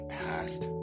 past